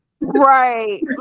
Right